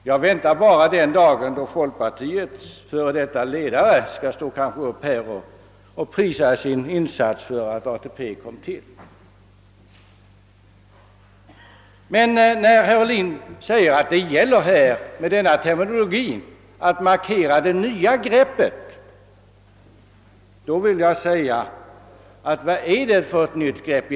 Jag väntar bara på den dag då folkpartiets f. d. 1edare står upp här och prisar sin insats för att ATP kom till. Men när herr Ohlin säger att det gäller att med denna terminologi markera det nya greppet, vill jag fråga vad det egentligen är för ett nytt grepp.